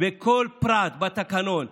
וכל פרט בתקנון.